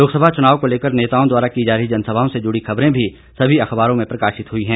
लोकसभा चुनाव को लेकर नेताओं द्वारा की जा रही जनसभाओं से जुड़ी खबरें भी सभी अखबारों में प्रकाशित हुई हैं